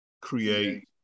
create